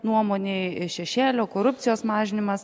nuomonei šešėlio korupcijos mažinimas